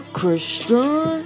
Christian